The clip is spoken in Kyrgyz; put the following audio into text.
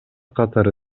катары